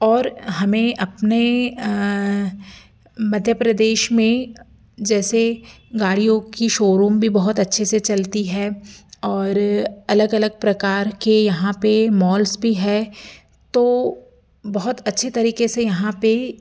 और हमें अपने मध्य प्रदेश में जैसे गाड़ियों की शोरूम भी बहुत अच्छे से चलती है और अलग अलग प्रकार के यहाँ पर मॉल्स भी है तो बहुत अच्छे तरीक़े से यहाँ पर